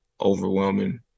overwhelming